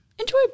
enjoy